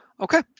Okay